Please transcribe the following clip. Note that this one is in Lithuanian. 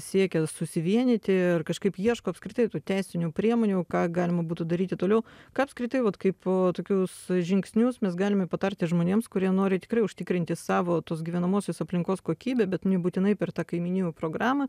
siekia susivienyti ir kažkaip ieško apskritai tų teisinių priemonių ką galima būtų daryti toliau ką apskritai vat kaip tokius žingsnius mes galime patarti žmonėms kurie nori tikrai užtikrinti savo tos gyvenamosios aplinkos kokybę bet nebūtinai per tą kaimynijų programą